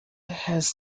has